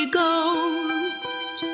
ghost